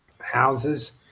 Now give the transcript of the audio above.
houses